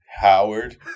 Howard